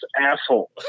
asshole